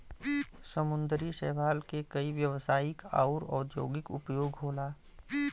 समुंदरी शैवाल के कई व्यवसायिक आउर औद्योगिक उपयोग होला